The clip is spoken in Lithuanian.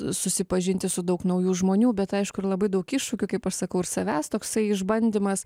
susipažinti su daug naujų žmonių bet aišku ir labai daug iššūkių kaip aš sakau ir savęs toksai išbandymas